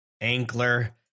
angler